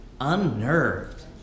unnerved